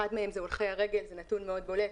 אחת מהן זה הולכי הרגל, זה נתון מאוד בולט.